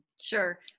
Sure